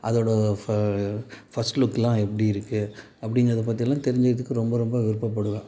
அதோட ஃபஸ்ட் லுக்கெலாம் எப்படி இருக்குது அப்படிங்கிறத பற்றிலாம் தெரிஞ்சுக்கிறதுக்கு ரொம்ப ரொம்ப விருப்பப்படுவேன்